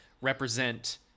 represent